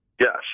Yes